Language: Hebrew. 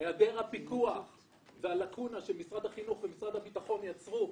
היעדר הפיקוח והלקונה שמשרד החינוך ומשרד הביטחון יצרו,